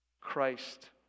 Christ